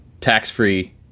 tax-free